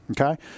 okay